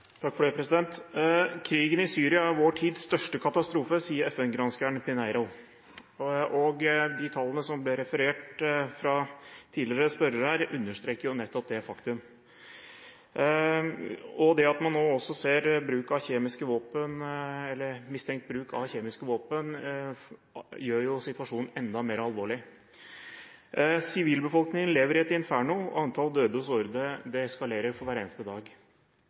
vår tids største katastrofe», sier FN-granskeren Pinheiro. De tallene som ble referert fra en tidligere spørrer her, understreker nettopp det faktum. Det at man nå mistenker bruk av kjemiske våpen, gjør situasjonen enda mer alvorlig. Sivilbefolkningen lever i et inferno, og antall døde og sårede eskalerer for hver dag.